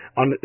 on